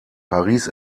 paris